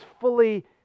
fully